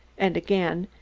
and again,